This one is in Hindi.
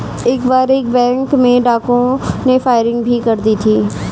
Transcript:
एक बार एक बैंक में डाकुओं ने फायरिंग भी कर दी थी